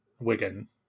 wigan